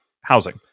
housing